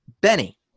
Benny